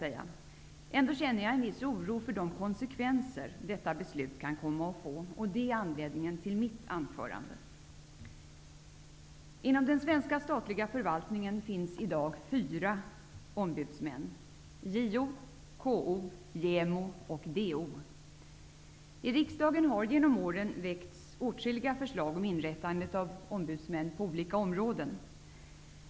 Ändå känner jag en viss oro för de konsekvenser detta beslut kan komma att få, och det är anledningen till mitt anförande. Inom den svenska statliga förvaltningen finns i dag fyra ombudsmän: JO, KO, JämO och DO. I riksdagen har det genom åren väckts åtskilliga förslag om inrättandet av ombudsmän på olika områden.